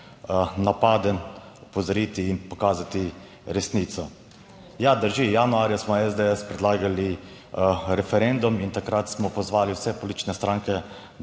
napaden, opozoriti in pokazati resnico. Ja drži, januarja smo v SDS predlagali referendum in takrat smo pozvali vse politične stranke,